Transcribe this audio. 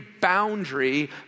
boundary